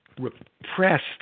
repressed